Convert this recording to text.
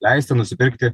leisti nusipirkti